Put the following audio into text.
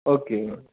okay